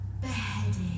beheaded